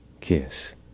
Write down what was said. kiss